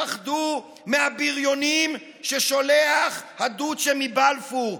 אל תפחדו מהבריונים ששולח הדוצ'ה מבלפור.